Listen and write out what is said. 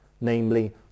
namely